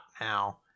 now